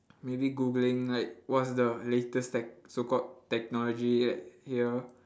maybe googling like what's the latest tech~ so called technology yet here